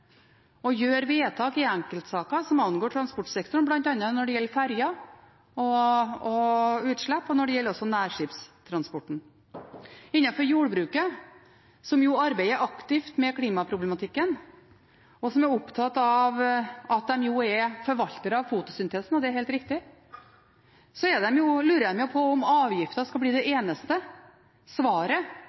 vedtak i enkeltsaker som angår transportsektoren, bl.a. når det gjelder ferjer og utslipp, og også når det gjelder nærskipstransporten. Innenfor jordbruket, som jo arbeider aktivt med klimaproblematikken, og som er opptatt av at en er forvaltere av fotosyntesen – og det er helt riktig – lurer en på om avgifter skal bli det eneste svaret